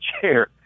chair